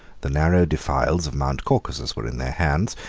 the narrow defiles of mount caucasus were in their hands,